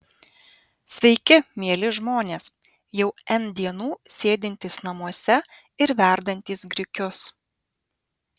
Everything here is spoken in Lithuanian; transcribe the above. sveiki mieli žmonės jau n dienų sėdintys namuose ir verdantys grikius